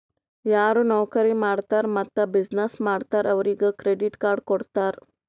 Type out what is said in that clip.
ಯಾರು ನೌಕರಿ ಮಾಡ್ತಾರ್ ಮತ್ತ ಬಿಸಿನ್ನೆಸ್ ಮಾಡ್ತಾರ್ ಅವ್ರಿಗ ಕ್ರೆಡಿಟ್ ಕಾರ್ಡ್ ಕೊಡ್ತಾರ್